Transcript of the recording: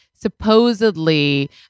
supposedly